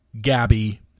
Gabby